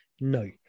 No